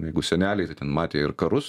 jeigu seneliai tai ten matė ir karus